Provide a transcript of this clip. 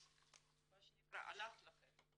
אז מה שנקרא, הלך עליכם.